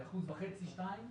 אף אחד לא יודע להתמודד מולם.